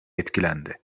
etkilendi